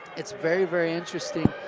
it's very, very interesting,